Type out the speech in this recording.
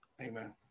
Amen